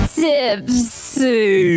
tipsy